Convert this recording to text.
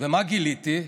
ומה גיליתי?